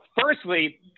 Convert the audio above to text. firstly